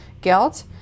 guilt